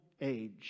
age